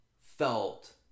felt